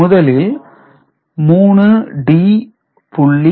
முதலில் 3D